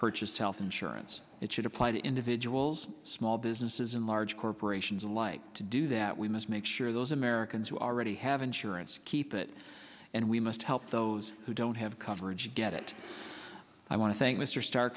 purchase health insurance it should apply to individuals small businesses and large corporations like to do that we must make sure those americans who already have insurance keep it and we must help those who don't have coverage get it i want to thank mr star